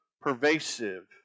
pervasive